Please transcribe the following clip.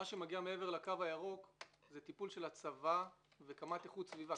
מה שמגיע מעבר לקו הירוק זה טיפול של הצבא וקמ"ט איכות סביבה.